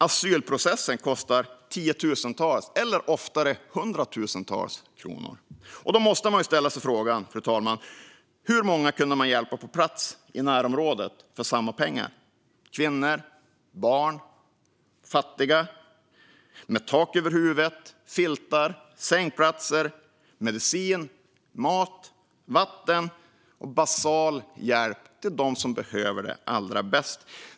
Asylprocessen kostar tiotusentals eller oftare hundratusentals kronor. Då måste man ställa sig frågan, fru talman: Hur många kunde man hjälpa på plats, i närområdet, för samma pengar - kvinnor, barn och fattiga? Det handlar om att ge tak över huvudet, filtar, sängplatser, medicin, vatten, mat och basal hjälp till dem som behöver det allra bäst.